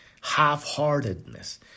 Half-heartedness